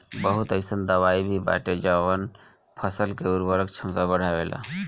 बहुत अईसन दवाई भी बाटे जवन फसल के उर्वरक क्षमता बढ़ावेला